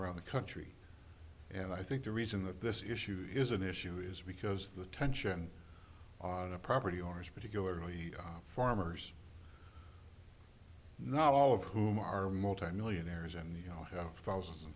around the country and i think the reason that this issue is an issue is because of the tension on the property owners particularly farmers not all of whom are multimillionaires and you know have thousands and